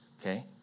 okay